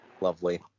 Lovely